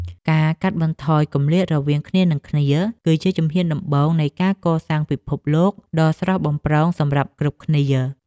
ការកាត់បន្ថយគម្លាតរវាងគ្នានឹងគ្នា គឺជាជំហានដំបូងនៃការកសាងពិភពលោកដ៏ស្រស់បំព្រងសម្រាប់គ្រប់គ្នា។